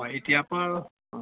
অ এতিয়াৰ পৰা অ